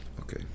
Okay